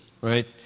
right